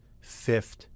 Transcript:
Fifth